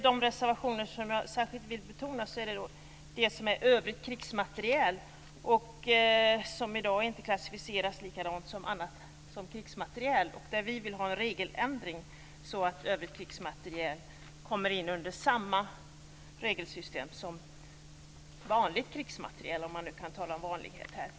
De reservationer som jag särskilt vill betona handlar om övrig krigsmateriel som i dag inte klassificeras på samma sätt som krigsmateriel. Vi vill ha en regeländring så att övrig krigsmateriel kommer in under samma regelsystem som vanlig krigsmateriel, om man nu kan tala om vanlig i detta sammanhang.